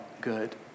good